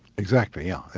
exactly, yes.